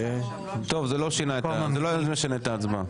זה לא משנה את ההצבעה.